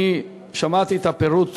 אני שמעתי את הפירוט